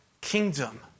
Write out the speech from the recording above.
kingdom